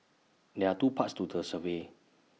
there are two parts to the survey